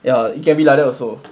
ya it can be like that also